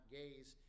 gaze